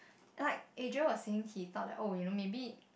like Adriel was saying he thought like oh you know maybe